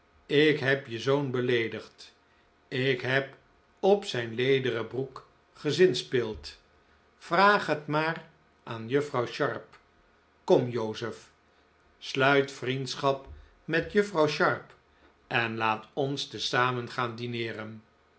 ik heb je zoon beleedigd ik heb op zijn lederen broek gezinspeeld vraag het maar aan juffrouw sharp kom joseph sluit vriendschap met juffrouw sharp en laat ons te zamen gaan dineeren